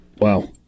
Wow